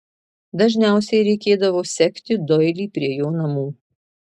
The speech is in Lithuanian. dažniausiai reikėdavo sekti doilį prie jo namų